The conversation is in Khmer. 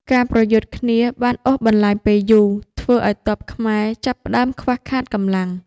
ការប្រយុទ្ធគ្នាបានអូសបន្លាយពេលយូរ ធ្វើឱ្យទ័ពខ្មែរចាប់ផ្ដើមខ្វះខាតកម្លាំង។